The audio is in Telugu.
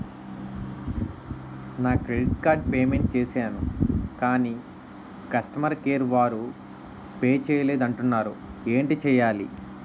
నా క్రెడిట్ కార్డ్ పే మెంట్ చేసాను కాని కస్టమర్ కేర్ వారు పే చేయలేదు అంటున్నారు ఏంటి చేయాలి?